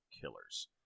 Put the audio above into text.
killers